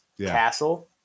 castle